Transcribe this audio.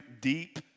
deep